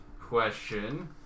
question